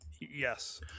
Yes